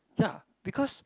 ya because